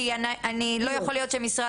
כי אני חושבת שזה לא יכול להיות שמשרד